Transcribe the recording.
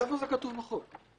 איפה זה כתוב בחוק?